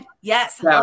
yes